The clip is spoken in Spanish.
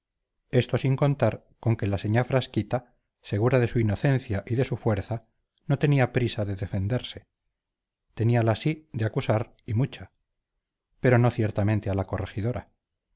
esto sin contar con que la señá frasquita segura de su inocencia y de su fuerza no tenía prisa de defenderse teníala sí de acusar mucha pero no ciertamente a la corregidora